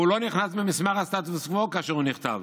הוא לא נכנס במסמך הסטטוס קוו כאשר הוא נכתב,